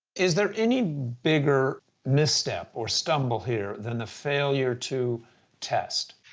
is there any bigger misstep or stumble here than the failure to test?